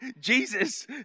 Jesus